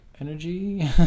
energy